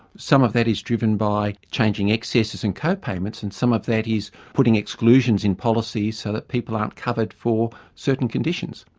some of that is driven by changing excesses and co-payments and some of that is putting exclusions in policies so that people aren't covered for certain conditions.